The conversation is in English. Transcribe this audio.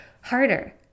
harder